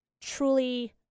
truly